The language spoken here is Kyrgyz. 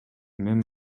мен